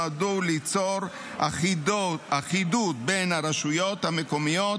נועדו ליצור אחידות בין הרשויות המקומיות